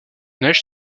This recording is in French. neige